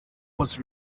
was